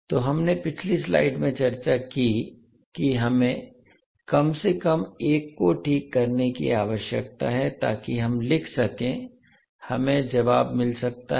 तो हमने पिछली स्लाइड में चर्चा की है कि हमें कम से कम एक को ठीक करने की आवश्यकता है ताकि हम लिख सकें हमें जवाब मिल सकता है